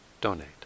donate